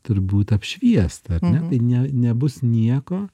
turbūt apšviesta ar ne tai ne nebus nieko